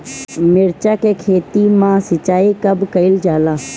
मिर्चा के खेत में सिचाई कब कइल जाला?